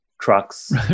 trucks